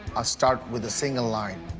start with a single line.